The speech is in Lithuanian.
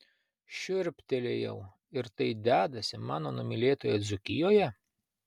šiurptelėjau ir tai dedasi mano numylėtoje dzūkijoje